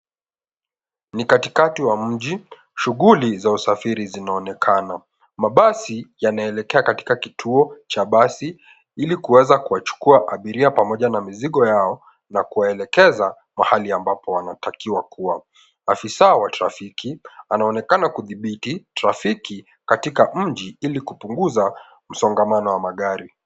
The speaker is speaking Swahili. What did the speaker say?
Ni katikati wa mji, shughuli za usafiri zinaonekana. Mabasi yanaelekea katika kituo cha basi ili kuweza kuwachukua abiria pamoja na mizigo yao na kuwaelekeza mahali ambapo wanatakiwa kuwa. Afisa wa trafiki anaonekana kudhibiti trafiki katika mji ili kupunguza msongamano wa magari.